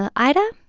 ah ida,